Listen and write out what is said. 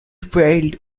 failed